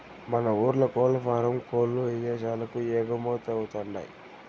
మన ఊర్ల కోల్లఫారం కోల్ల్లు ఇదేశాలకు ఎగుమతవతండాయ్